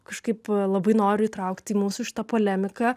kažkaip labai noriu įtraukti į mūsų šitą polemiką